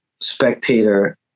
spectator